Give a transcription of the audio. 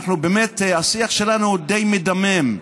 באמת השיח שלנו הוא די מדמם,